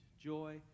joy